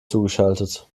zugeschaltet